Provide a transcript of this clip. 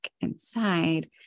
inside